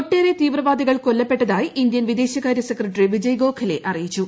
ഒട്ടേറെ തീവ്രവാദികൾ കൊല്ലപ്പെട്ടതായി ഇന്ത്യൻ വിദേശകാര്യ സെക്രട്ടറി വിജയ് ഗോഖലെ അറിയിച്ചു